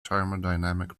thermodynamic